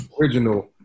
original